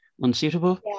unsuitable